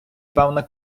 певна